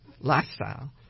lifestyle